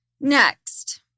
Next